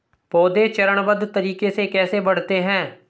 पौधे चरणबद्ध तरीके से कैसे बढ़ते हैं?